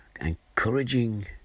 encouraging